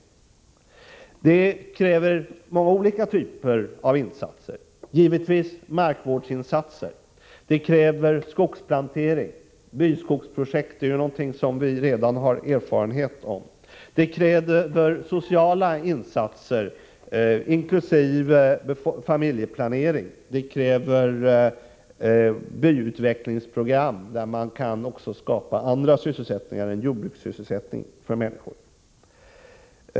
Det är här fråga om många olika typer av insatser. Förutom markvårdsinsatser krävs skogsplanering — byskogsprojekt är ju någonting som vi redan har erfarenhet av — sociala insatser inkl. familjeplanering samt byutvecklingsprogram med inriktning på att skapa även annan sysselsättning än jordbrukssysselsättning för människorna.